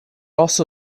also